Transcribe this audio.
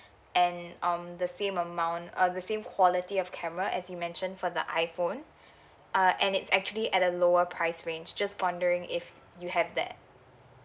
and um the same amount uh the same quality of camera as you mentioned for the iphone uh and it's actually at a lower price range just wondering if you have that